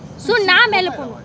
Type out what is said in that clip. so நா மேல போவ:na mela powa